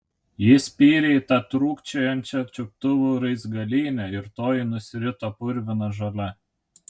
ji spyrė į tą trūkčiojančią čiuptuvų raizgalynę ir toji nusirito purvina žole